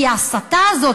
כי ההסתה הזאת,